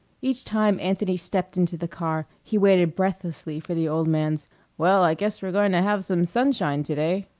each time anthony stepped into the car he waited breathlessly for the old man's well, i guess we're going to have some sunshine to-day.